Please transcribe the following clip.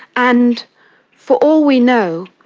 and for all we know,